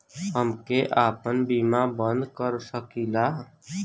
हमके आपन बीमा बन्द कर सकीला?